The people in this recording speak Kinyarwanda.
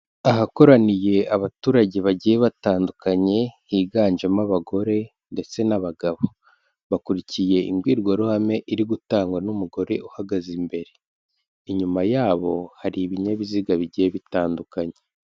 Ahakoraniye abaturage bagiye batandukanye higanjemo abagore ndetse n'abagabo, bakurikiye imbwirwaruhame iri gutangwa n'umugore uhagaze imbere, inyuma yabo hari ibinyabiziga bigiye bitandukanye.